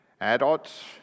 adults